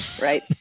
Right